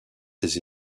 ses